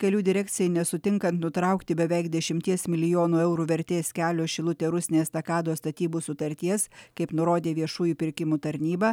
kelių direkcijai nesutinkant nutraukti beveik dešimties milijonų eurų eurų vertės kelio šilutė rusnė estakados statybos sutarties kaip nurodė viešųjų pirkimų tarnyba